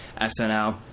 SNL